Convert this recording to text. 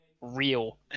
real